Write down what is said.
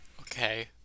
Okay